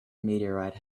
meteorite